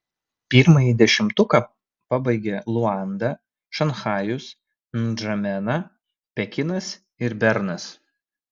pirmąjį dešimtuką pabaigia luanda šanchajus ndžamena pekinas ir bernas